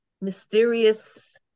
mysterious